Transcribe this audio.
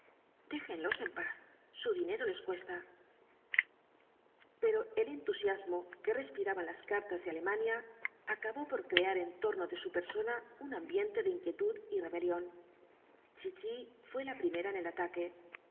déjenlos en paz su dinero les cuesta pero el entusiasmo que respiraban las cartas de alemania acabó por crear en torno de su persona un ambiente de inquietud y rebelión chichi fué la primera en el ataque